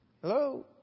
Hello